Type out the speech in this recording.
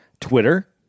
Twitter